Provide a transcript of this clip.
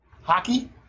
hockey